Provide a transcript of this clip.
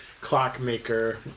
clockmaker